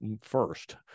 first